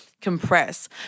Compress